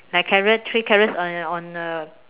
like carrot three carrots on on the